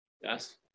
Yes